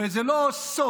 זה לא סוד,